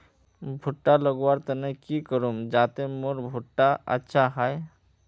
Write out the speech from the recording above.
भुट्टा लगवार तने की करूम जाते मोर भुट्टा अच्छा हाई?